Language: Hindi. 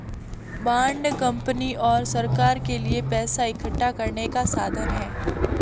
बांड कंपनी और सरकार के लिए पैसा इकठ्ठा करने का साधन है